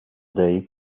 day